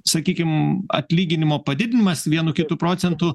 sakykime atlyginimo padidinimas vienu kitu procentu